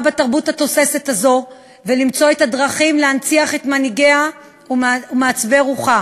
בתרבות התוססת הזאת ולמצוא את הדרכים להנציח את מנהיגיה ומעצבי רוחה,